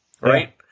right